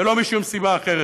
ולא משום סיבה אחרת.